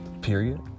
Period